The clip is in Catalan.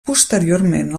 posteriorment